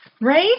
Right